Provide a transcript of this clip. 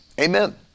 Amen